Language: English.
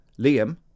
Liam